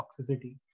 toxicity